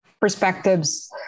perspectives